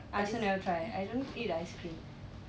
I also never try I don't eat the ice cream